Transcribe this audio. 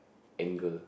anger